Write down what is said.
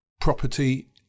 property